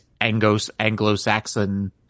Anglo-Saxon